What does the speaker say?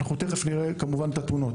תיכף תראו את התמונות.